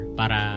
para